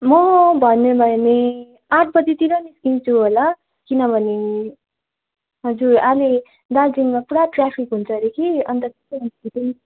म भन्यो भने आठ बजीतिर निस्किन्छु होला किनभने हजुर अनि दार्जिलिङमा पुरा ट्र्याफिक हुन्छ हरे कि अन्त चाहिँ म छिटै